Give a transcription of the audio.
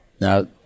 Now